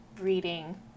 reading